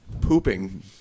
pooping